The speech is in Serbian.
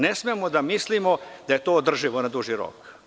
Ne smemo da mislimo da je to održivo na duži rok.